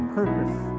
purpose